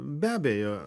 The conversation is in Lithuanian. be abejo